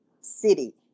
city